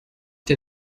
der